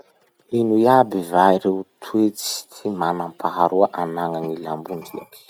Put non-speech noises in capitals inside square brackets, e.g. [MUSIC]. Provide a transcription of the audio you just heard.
Ino iaby va reo toetsy tsy manam-paharoa anagnan'ny [NOISE] labondriaky?